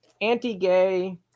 Anti-gay